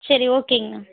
சரி ஓக்கேங்கண்ணா